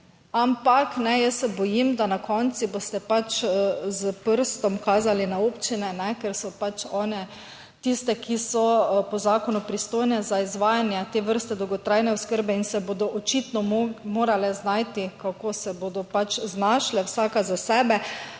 Ampak, jaz se bojim, da na koncu boste pač s prstom kazali na občine, ker so pač one tiste, ki so po zakonu pristojne za izvajanje te vrste dolgotrajne oskrbe in se bodo očitno morale znajti, kako se bodo pač znašle, vsaka za sebe,